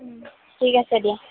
ঠিক আছে দিয়া